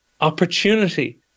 opportunity